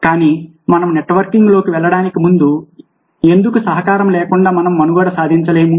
కానీ మనం నెట్వర్క్లోకి వెళ్లడానికి ముందు ఎందుకు సహకారం లేకుండా మనం మనుగడ సాగించలేము